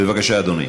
בבקשה, אדוני.